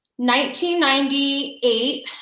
1998